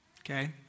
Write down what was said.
Okay